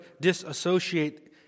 disassociate